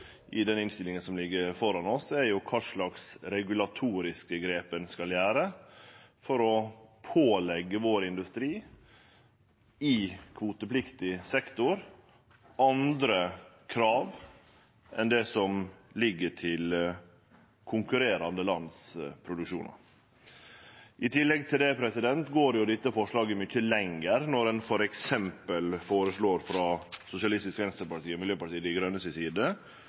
i den innstillinga som ligg føre oss, er kva slags regulatoriske grep ein skal gjere for å påleggje vår industri – i kvotepliktig sektor – andre krav enn det som ligg til konkurrerande lands produksjonar. I tillegg til det går dette forslaget mykje lenger, f.eks. når ein frå Sosialistisk Venstreparti og Miljøpartiet Dei Grøne si side